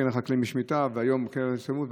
קרן החקלאים לשמיטה, והיום קרן השתלמות.